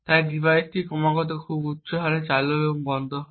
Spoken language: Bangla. তাই ডিভাইসটি ক্রমাগত এবং খুব উচ্চ হারে চালু এবং বন্ধ করা হয়